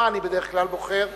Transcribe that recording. בדרך כלל אני בוחר חמש,